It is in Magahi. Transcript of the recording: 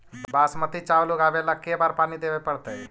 बासमती चावल उगावेला के बार पानी देवे पड़तै?